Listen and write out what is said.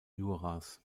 juras